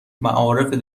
معارف